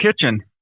kitchen